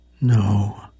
No